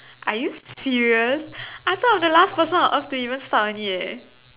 are you serious I thought I was the last person on earth to even start on it eh